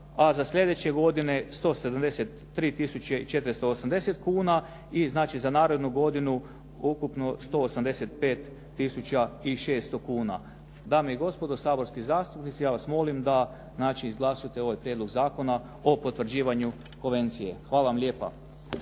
a za sljedeće godine 173 tisuće i 480 kuna i znači za narednu godinu ukupno 185 tisuća i 600 kuna. Dame i gospodo saborski zastupnici, ja vas molim da izglasate ovaj prijedlog zakona o potvrđivanju konvencije. Hvala vam lijepa.